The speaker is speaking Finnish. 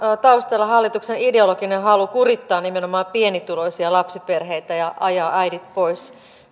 taustalla hallituksen ideologinen halu kurittaa nimenomaan pienituloisia lapsiperheitä ja ajaa äidit pois